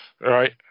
Right